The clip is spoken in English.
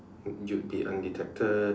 you'd be undetected